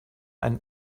einen